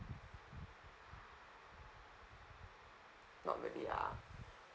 not really ah